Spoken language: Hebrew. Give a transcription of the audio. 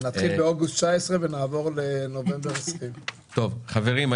נתחיל באוגוסט 2019 ונעבור לנובמבר 2020. חברים,